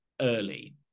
early